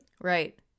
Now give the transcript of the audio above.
Right